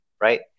right